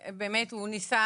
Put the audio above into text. ובאמת, הוא ניסה